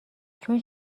چون